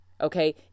okay